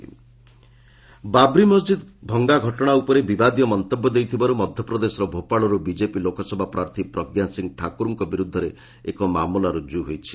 Pragya FIR Babri Masjid ଭଙ୍ଗା ଘଟଣା ଉପରେ ବିବାଦୀୟ ମନ୍ତବ୍ୟ ଦେଇଥିବାରୁ ମଧ୍ୟପ୍ରଦେଶର ଭୋପାଳରୁ ବିଜେପି ଲୋକସଭା ପ୍ରାର୍ଥୀ ପ୍ରଞ୍ଜା ସିଂ ଠାକୁରଙ୍କ ବିରୁଦ୍ଧରେ ଏକ ମାମଲା ରୁଜୁ ହୋଇଛି